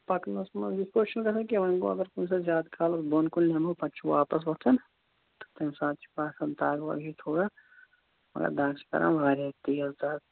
پَکنَس منٛز یِتھ پٲٹھۍ چھُنہٕ گَژھان کیٚنٛہہ وۄنۍ گوٚو اگر کُنہِ ساتہٕ زیادٕ کالَس بۄن کُن بیٚہمو پَتہٕ چھُ واپَس وۄتھُن تہٕ تَمہِ ساتہٕ چھِ باسان دَگ وَگ ہِش تھوڑا مَگر دَگ چھِ کَران واریاہ تیز دَگ